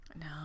No